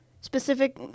Specific